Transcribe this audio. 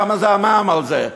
כמה המע"מ על זה?